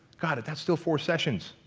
kind of that's still four sessions.